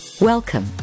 Welcome